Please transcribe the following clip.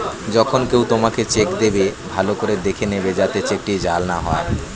যখন কেউ তোমাকে চেক দেবে, ভালো করে দেখে নেবে যাতে চেকটি জাল না হয়